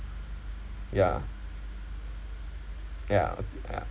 ya ya ya